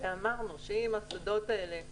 ואמרנו שאם השדות האלה היום,